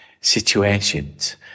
situations